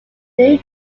new